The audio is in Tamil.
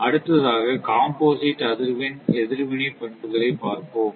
அடுத்ததாக காம்போசிட் அதிர்வெண் எதிர்வினை பண்புகளை பார்ப்போம்